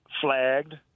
flagged